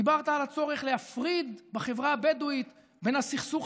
דיברת על הצורך להפריד בחברה הבדואית בין הסכסוך